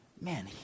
Man